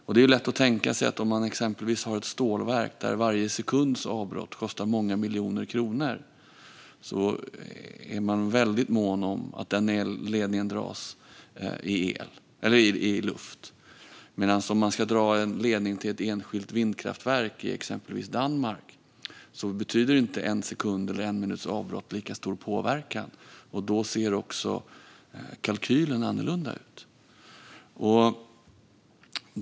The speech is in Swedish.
Det är lätt att tänka sig att den som exempelvis har ett stålverk, där varje sekunds avbrott kostar många miljoner kronor, är väldigt mån om att elledningen dras i luft. Men om man ska dra en ledning till ett enskilt vindkraftverk i exempelvis Danmark betyder inte en sekunds eller en minuts avbrott lika stor påverkan. Då ser också kalkylen annorlunda ut.